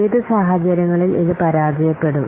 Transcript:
ഏത് സാഹചര്യങ്ങളിൽ ഇത് പരാജയപ്പെടും